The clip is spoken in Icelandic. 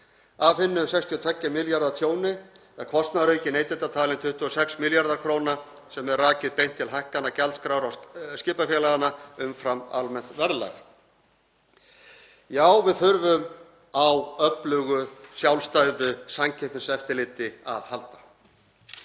Af hinu 62 milljarða tjóni er kostnaðarauki neytenda talinn vera 26 milljarðar kr., sem er rakið beint til hækkana gjaldskrár skipafélaganna umfram almennt verðlag. Já, við þurfum á öflugu, sjálfstæðu samkeppniseftirliti að halda.